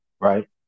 Right